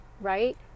right